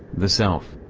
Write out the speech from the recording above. the self.